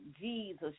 Jesus